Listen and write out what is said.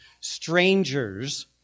strangers